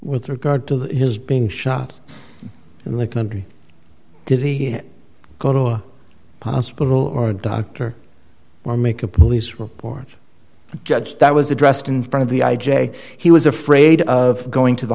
with regard to his being shot in the country did he go to a hospital or doctor or make a police report judge that was addressed in front of the i j a he was afraid of going to the